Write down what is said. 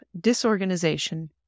Disorganization